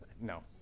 No